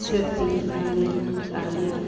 सोरजिनानै लायो